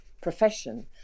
profession